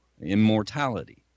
immortality